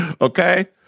Okay